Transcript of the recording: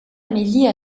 amélie